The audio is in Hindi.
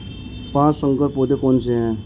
पाँच संकर पौधे कौन से हैं?